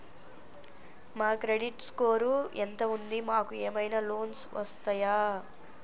మా credit score ఎంత ఉంది? మాకు ఏమైనా లోన్స్ వస్తయా?